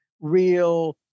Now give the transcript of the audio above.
real